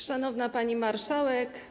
Szanowna Pani Marszałek!